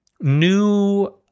new